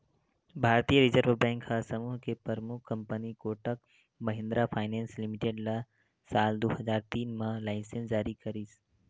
भारतीय reserve bank ह समूह के परमुख company Kotak Mahindra finance limited ल साल दू हजार तीन म लाइनेंस जारी करिस